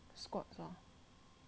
but ass very hard to get eh